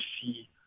see